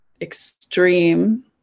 extreme